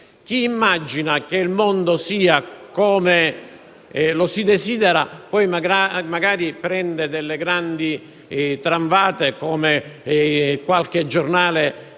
Chi immagina che il mondo sia come lo si desidera può prendere delle grandi tranvate, come qualche giornale